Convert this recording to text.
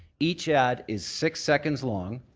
each ad is six seconds long.